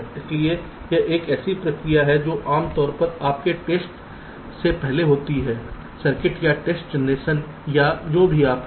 इसलिए यह एक ऐसी प्रक्रिया है जो आमतौर पर आपके टेस्ट से पहले होती है सर्किट या टेस्ट जनरेशन या जो भी हो